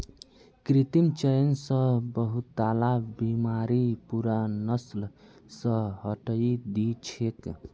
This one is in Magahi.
कृत्रिम चयन स बहुतला बीमारि पूरा नस्ल स हटई दी छेक